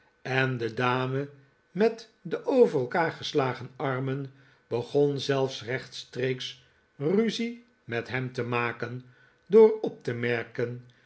en de dame met de over elkaar geslagen armen begon zelfs rechtstreeks ruzie met hem te maken door op te merken